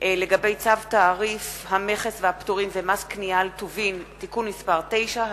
לגבי צו תעריף המכס והפטורים ומס קנייה על טובין (תיקון מס' 9),